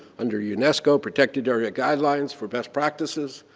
under unesco protected area guidelines for best practices,